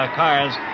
cars